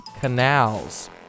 Canals